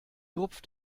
rupft